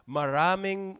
maraming